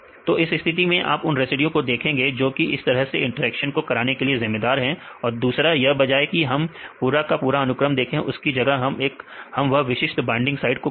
दो इस स्थिति में आप उन रेसिड्यू उसको देखेंगे जो कि इस तरह के इंटरेक्शंस को कराने के लिए जिम्मेदार हैं और दूसरा यह बजाय की हम पूरा का पूरा अनुक्रम देखें उसकी जगह हम वह विशिष्ट बाइंडिंग साइट को खोजें